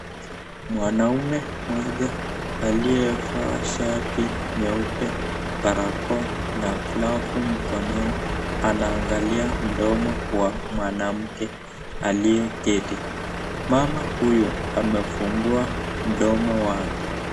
Mwanaume mmoja aliyevaa shati nyeupe, barakoa, na glovu mkononi, anaangalia mdomo wa mwanamke, aliyeketi, mama huyo amefungua mdomo wake.